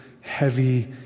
heavy